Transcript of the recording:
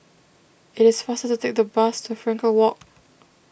it is faster to take the bus to Frankel Walk